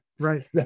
Right